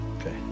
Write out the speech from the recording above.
Okay